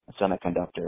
semiconductors